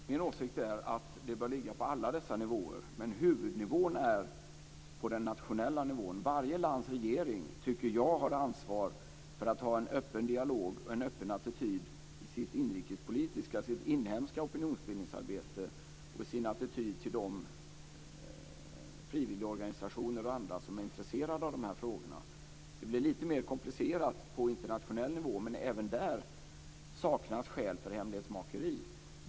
Fru talman! Min åsikt är att ansvaret bör ligga på alla dessa nivåer, men huvudansvaret bör ligga på den nationella nivån. Jag tycker att varje lands regering har ansvar för att ha en öppen dialog och en öppen attityd i sitt inhemska opinionsbildningsarbete och i sin inställning till frivilligorganisationer och andra som är intresserade av de här frågorna. Det blir lite mer komplicerat på internationell nivå, men även där saknas det skäl för hemlighetsmakeri.